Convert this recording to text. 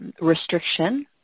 restriction